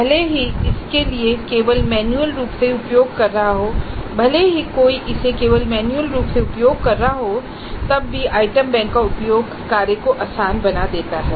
भले ही कोई इसे केवल मैन्युअल रूप से उपयोग कर रहा हो तब भी आइटम बैंक का उपयोग कार्य को आसान बना देता है